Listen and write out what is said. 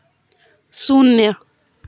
शून्य